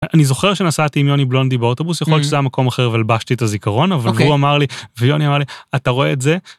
אני זוכר שנסעתי עם יוני בלונדי באוטובוס יכול להיות שזה המקום אחר והלבשתי את הזיכרון אבל הוא אמר לי ויוני אמר לי אתה רואה את זה.